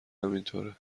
همینطوره